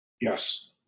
Yes